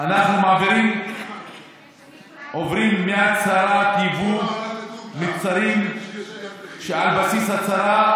אנחנו עוברים מהצהרת יבוא למוצרים על בסיס הצהרה,